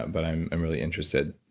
but i'm i'm really interested.